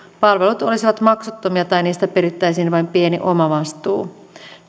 palvelut olisivat maksuttomia tai niistä perittäisiin vain pieni omavastuu